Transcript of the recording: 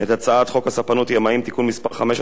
את הצעת חוק הספנות (ימאים) (תיקון מס' 5),